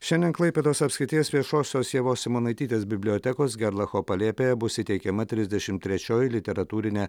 šiandien klaipėdos apskrities viešosios ievos simonaitytės bibliotekos gerlacho palėpėje bus įteikiama trisdešimt trečioji literatūrinė